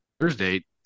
Thursday